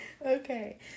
Okay